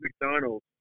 McDonald's